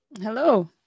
Hello